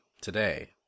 today